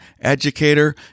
educator